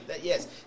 yes